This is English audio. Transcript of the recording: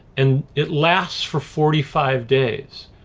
and it lasts for forty five days.